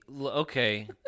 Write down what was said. okay